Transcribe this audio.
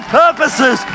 purposes